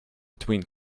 between